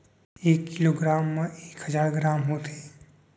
एक kilogram मा एक हजार ग्राम होथे